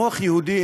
מוח יהודי,